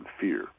fear